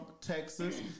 Texas